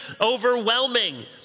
overwhelming